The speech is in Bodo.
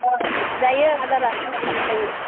जायो आदारा भालै जायो